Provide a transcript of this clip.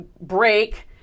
break